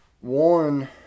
one –